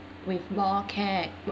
with more care